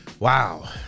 Wow